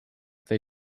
they